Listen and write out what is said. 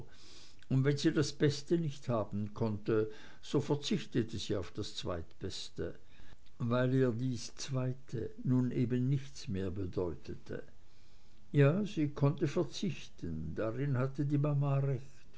und wenn sie das beste nicht haben konnte so verzichtete sie auf das zweitbeste weil ihr dies zweite nun nichts mehr bedeutete ja sie konnte verzichten darin hatte die mama